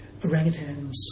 orangutans